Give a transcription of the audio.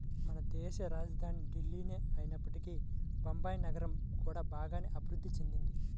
మనదేశ రాజధాని ఢిల్లీనే అయినప్పటికీ బొంబాయి నగరం కూడా బాగానే అభిరుద్ధి చెందింది